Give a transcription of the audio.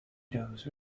dose